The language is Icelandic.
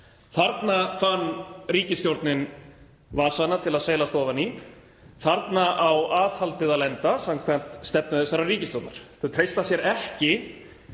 Þarna fann ríkisstjórnin vasana til að seilast ofan í. Þarna á aðhaldið að lenda samkvæmt stefnu þessarar ríkisstjórnar. Þau treysta sér ekki